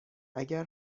اگر